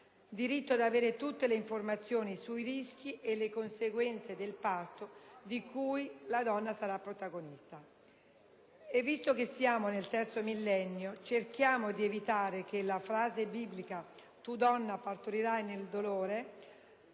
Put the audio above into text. diritto ad avere tutte le informazioni sui rischi e le conseguenze del parto di cui la donna sarà protagonista. Visto che siamo nel terzo millennio, cerchiamo di evitare che la frase biblica «tu donna partorirai nel dolore»